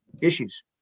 issues